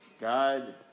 God